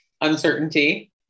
uncertainty